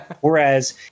Whereas